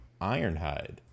Ironhide